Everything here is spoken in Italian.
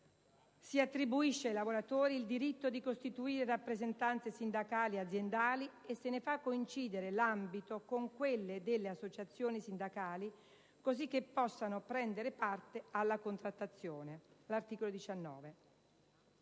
Si attribuisce ai lavoratori il diritto di costituire rappresentanze sindacali aziendali e se ne fa coincidere l'ambito con quello delle associazioni sindacali, così che possano prendere parte alla contrattazione